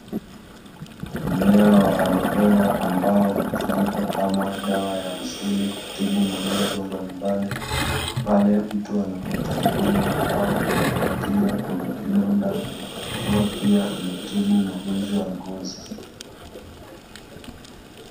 Mmea wa alovera ambao hutumika, kama dawa ya asili kutibu magonjwa mbalimbali pale mtu anapotafuna au kujipaka kwenye kidonda huwa pia unatibu magonjwa ya ngozi.